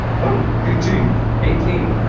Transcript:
oh, eighteen eighteen.